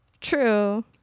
True